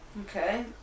Okay